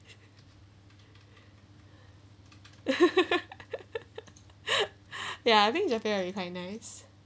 ya I think japan will be quite nice